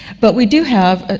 but we do have, ah